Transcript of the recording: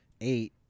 Eight